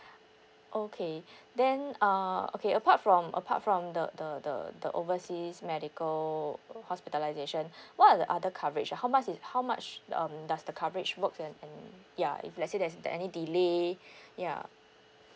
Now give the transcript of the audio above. okay then uh okay apart from apart from the the the the overseas medical hospitalisation what are the other coverage how much is how much um does the coverage works and and ya if let's say there's any delay ya